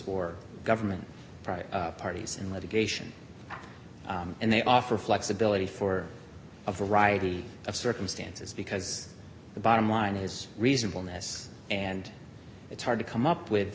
or government private parties in litigation and they offer flexibility for a variety of circumstances because the bottom line is reasonable ness and it's hard to come up with